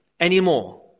anymore